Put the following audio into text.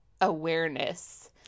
awareness